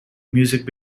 music